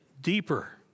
Deeper